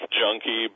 junkie